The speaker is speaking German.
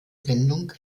sendung